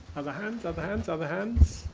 other hands, other hands, other hands?